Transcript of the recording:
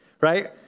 right